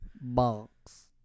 box